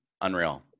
unreal